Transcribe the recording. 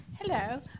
Hello